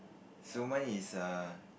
so mine is a